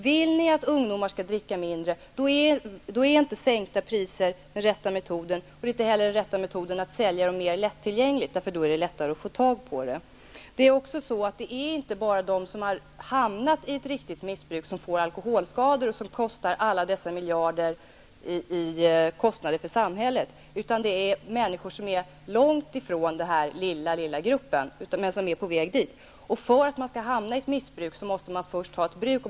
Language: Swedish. Vill ni att ungdomar skall dricka mindre är inte sänkta priser den rätta metoden. Det är inte heller rätt metod att sälja alkohol mer lättillgängligt. Då är det lättare att få tag på. Det är inte bara de som har hamnat i ett riktigt missbruk som får alkoholskador och som kostar samhället alla dessa miljarder. Det är människor som är långt ifrån den lilla, lilla gruppen, men som är på väg dit. För att man skall hamna i ett missbruk måste man först ha ett bruk.